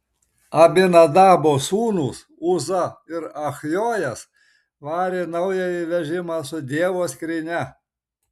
abinadabo sūnūs uza ir achjojas varė naująjį vežimą su dievo skrynia